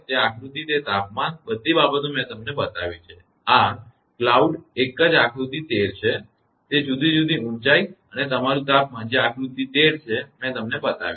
તે આકૃતિ તે તાપમાન આ બધી બાબતો મેં તમને બતાવી છે કે આ cloudવાદળ એક જે આકૃતિ 13 છે તે જુદી જુદી ઊંચાઈ અને તમારું તાપમાન જે આકૃતિ 13 છે જે મેં તમને બતાવી છે